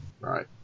Right